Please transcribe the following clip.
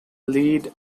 lead